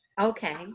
Okay